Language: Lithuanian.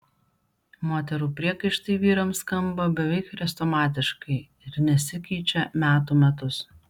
moterų priekaištai vyrams skamba beveik chrestomatiškai ir nesikeičia metų metus